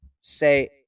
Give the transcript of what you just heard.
say